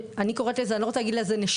אני קוראת לזה אני לא רוצה להגיד נשירה,